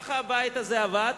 כך הבית הזה עבד,